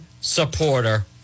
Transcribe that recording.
supporter